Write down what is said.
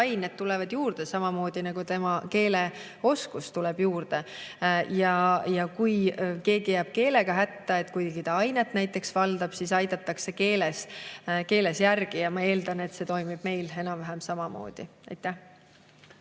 ained tulevad [järjest] juurde, samamoodi nagu tal keeleoskust tuleb juurde. Kui keegi jääb keelega hätta, kuigi ta ainet näiteks valdab, siis aidatakse ta keeles järele. Ma eeldan, et see toimib meil enam-vähem samamoodi. Aitäh!